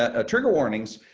a trigger warnings.